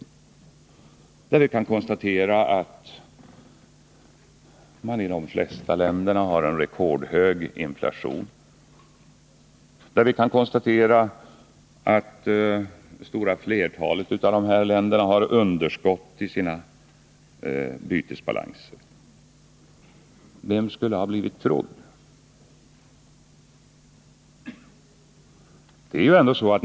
Vi kan vidare konstatera att man i de flesta länderna har en rekordhög inflation. Vi kan också konstatera att det stora flertalet av dessa länder har ett underskott i sina bytesbalanser. Skulle någon ha blivit trodd om han förutspått detta?